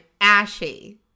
ashy